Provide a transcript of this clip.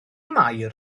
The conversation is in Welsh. mair